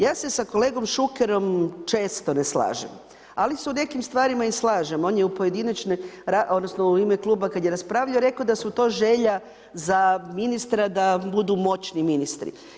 Ja se sa kolegom Šukerom često ne slažem, ali se u nekim stvarima i slažem, on je u pojedinačno, odnosno u ime Kluba kad je raspravljao rekao da su to želja za ministra da budu moćni ministri.